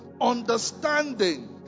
Understanding